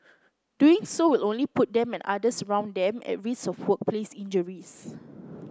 doing so will only put them and others around them at risk of workplace injuries